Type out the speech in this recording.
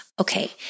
Okay